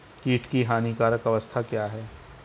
कीट की हानिकारक अवस्था क्या है?